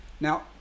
Now